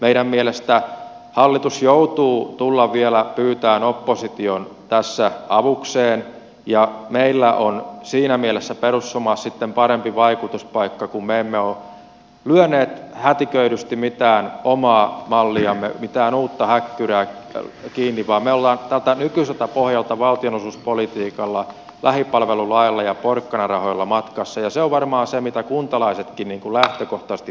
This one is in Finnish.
meidän mielestämme hallitus joutuu tulemaan vielä pyytämään opposition tässä avukseen ja meillä perussuomalaisilla on siinä mielessä sitten parempi vaikutuspaikka kun me emme ole hätiköidysti lyöneet kiinni mitään omaa malliamme mitään uutta häkkyrää vaan me olemme tältä nykyiseltä pohjalta valtionosuuspolitiikalla lähipalvelulailla ja porkkanarahoilla matkassa ja se on varmaan se mitä kuntalaisetkin lähtökohtaisesti haluavat